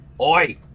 Oi